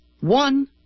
one